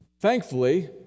Thankfully